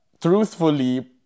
truthfully